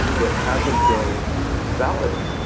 that hasn't been validated.